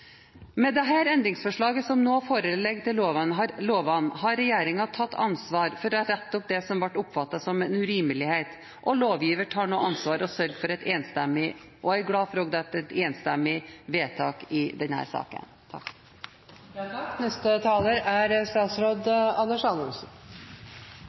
Med det endringsforslaget som nå foreligger til lovene, har regjeringen tatt ansvar for å rette opp det som ble oppfattet som en urimelighet. Lovgiver tar nå ansvar, og jeg er glad at det blir et enstemmig vedtak i denne saken. Dette er et lovforslag som høres veldig teknisk ut. Formålet er